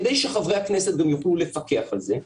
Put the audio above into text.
כדי שחברי הכנסת גם יוכלו לפקח על זה,